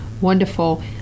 wonderful